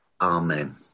Amen